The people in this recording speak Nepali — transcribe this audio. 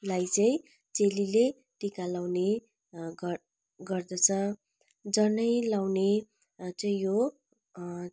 लाई चाहिँ चेलीले टीका लगाउने गर गर्दछ जनै लगाउने चाहिँ यो